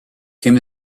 came